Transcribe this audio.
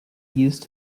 used